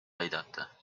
aidata